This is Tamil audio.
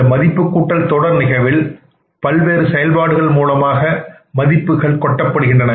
இந்த மதிப்புக்கூட்டல் தொடர் நிகழ்வில் பல்வேறு செயல்பாடுகள் மூலமாக மதிப்புகள் கொட்டப்படுகின்றன